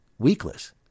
weakless